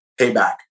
payback